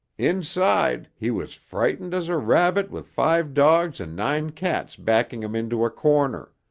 inside, he was frightened as a rabbit with five dogs and nine cats backing him into a corner,